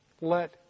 let